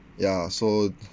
ya so